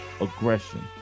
aggression